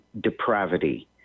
depravity